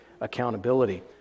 accountability